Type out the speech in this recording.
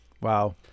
wow